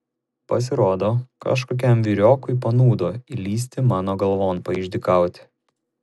pasirodo kažkokiam vyriokui panūdo įlįsti mano galvon paišdykauti